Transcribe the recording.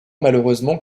malheureusement